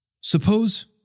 Suppose